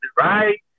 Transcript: right